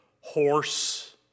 horse